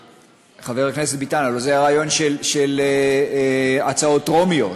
חבר הכנסת ביטן, הלוא זה הרעיון של הצעות טרומיות.